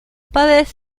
padres